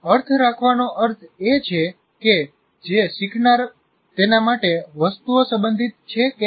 અર્થ રાખવાનો અર્થ એ છે કે જે શીખનાર તેના માટે વસ્તુઓ સંબંધિત છે કે નહીં